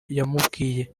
yamubwiye